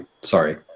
sorry